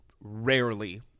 rarely